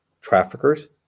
Traffickers